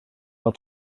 fel